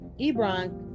Ebron